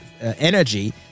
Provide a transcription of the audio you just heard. energy